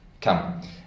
come